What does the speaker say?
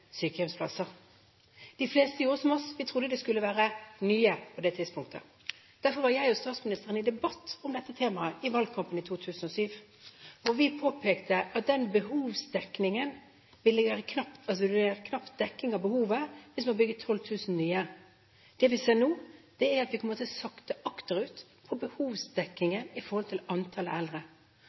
sykehjemsplasser. De fleste trodde som oss – vi trodde på det tidspunktet at det skulle være nye plasser. Statsministeren og jeg var i debatt om dette temaet i valgkampen i 2007. Vi påpekte at det knapt ville dekke behovet hvis man bygde 12 000 nye plasser. Det vi ser nå, er at vi kommer til å sakke akterut når det gjelder behovsdekningen i forhold til antallet eldre, samtidig som vi skyver foran oss en stor, ny bølge av eldre